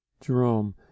Jerome